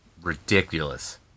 ridiculous